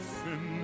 sin